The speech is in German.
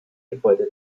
gebäude